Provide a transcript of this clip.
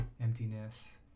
emptiness